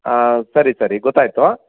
ಹಾಂ ಸರಿ ಸರಿ ಗೊತ್ತಾಯಿತು